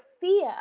fear